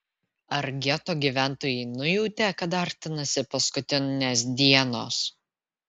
ar geto gyventojai nujautė kad artinasi paskutinės dienos